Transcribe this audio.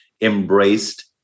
embraced